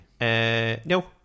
No